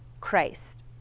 Christ